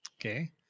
Okay